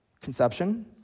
conception